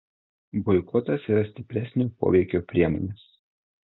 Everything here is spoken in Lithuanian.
boikotas yra stipresnio poveikio priemonės